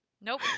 Nope